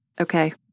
okay